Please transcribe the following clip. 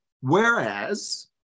Whereas